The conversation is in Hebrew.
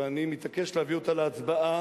ואני מתעקש להביא אותה להצבעה,